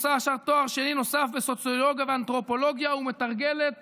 עושה עכשיו תואר שני נוסף בסוציולוגיה ובאנתרופולוגיה ומתרגלת